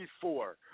Four